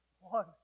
one